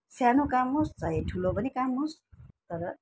सानो काम होस् चाहे ठुलो पनि काम होस् तर